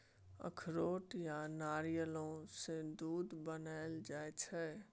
अखरोट आ नारियलो सँ दूध बनाएल जाइ छै